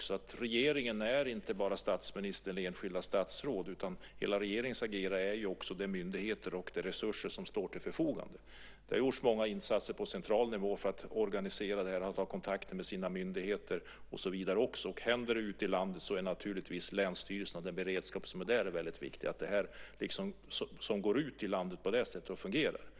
se att regeringen inte bara är statsministern eller enskilda statsråd. Hela regeringens agerande är också de myndigheter och resurser som står till förfogande. Det har gjorts många insatser på central nivå för att organisera och se till att man har kontakt med sina myndigheter och så vidare. Om det händer ute i landet är naturligtvis länsstyrelserna och den beredskap som finns där väldigt viktiga för att detta går ut i landet och fungerar.